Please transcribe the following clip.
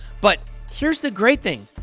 but here's the great thing.